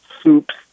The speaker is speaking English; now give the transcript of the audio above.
soups